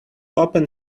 open